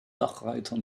dachreiter